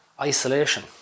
Isolation